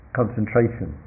concentration